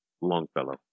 Longfellow